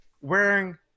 wearing